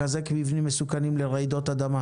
לחזק מבנים מסוכנים לרעידות אדמה.